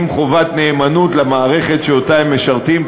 עם חובת נאמנות למערכת שהם משרתים,